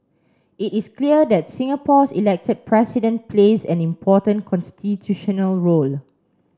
it is clear that Singapore's elected president plays an important constitutional role